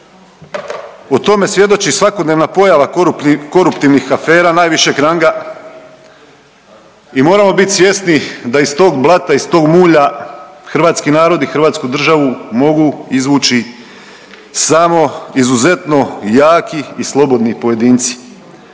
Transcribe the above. O tome svjedoči svakodnevna pojava koruptivnih afera najvišeg ranga i moramo biti svjesni da iz tog blata, iz tog mulja hrvatski narod i Hrvatsku državu mogu izvući samo izuzetno jako i slobodni pojedinci.